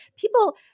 People